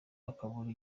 bakabura